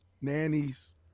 nannies